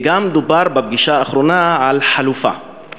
גם דובר בפגישה האחרונה על חלופה,